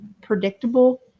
predictable